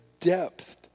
depth